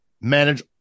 manage